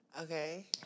Okay